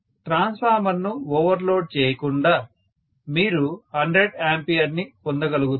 ట్రాన్స్ఫార్మర్ను ఓవర్లోడ్ చేయకుండా మీరు 100 A ని పొందగలుగుతారు